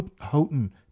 Houghton